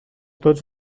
tots